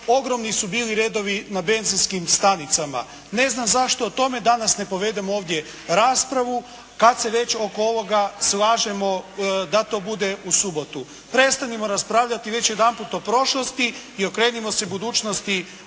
ogromni su bili redovi na benzinski stanicama. Ne znam zašto o tome danas ne povedemo ovdje raspravu, kad se već oko ovoga slažemo da to bude u subotu. Prestanimo raspravljati već jedanput o prošlosti i okrenimo se budućnosti,